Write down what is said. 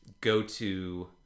go-to